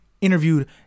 interviewed